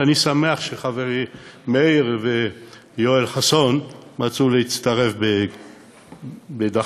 ואני שמח שחברי מאיר ויואל חסון מצאו להצטרף בדרכם